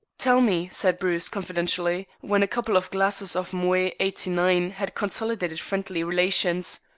tell me, said bruce confidentially, when a couple of glasses of moet eighty nine had consolidated friendly relations,